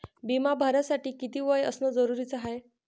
बिमा भरासाठी किती वय असनं जरुरीच हाय?